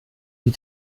die